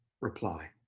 reply